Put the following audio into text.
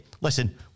listen